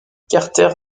carter